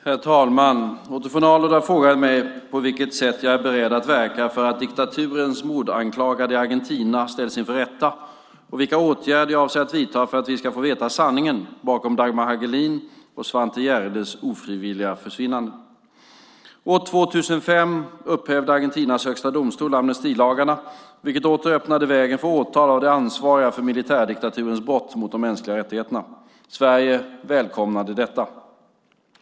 Herr talman! Otto von Arnold har frågat mig på vilket sätt jag är beredd att verka för att diktaturens mordanklagade i Argentina ställs inför rätta och vilka åtgärder jag avser att vidta för att vi ska få veta sanningen bakom Dagmar Hagelins och Svante Grändes ofrivilliga försvinnanden. År 2005 upphävde Argentinas högsta domstol amnestilagarna, vilket åter öppnade vägen för åtal av de ansvariga för militärdiktaturens brott mot de mänskliga rättigheterna. Sverige välkomnade detta.